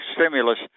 stimulus